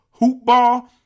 HOOPBALL